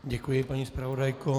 Děkuji, paní zpravodajko.